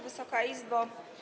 Wysoka Izbo!